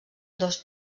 dos